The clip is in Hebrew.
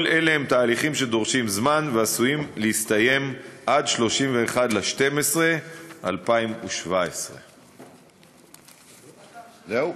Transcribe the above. כל אלה הם תהליכים שדורשים זמן ועשויים להסתיים עד 31 בדצמבר 2017. זהו?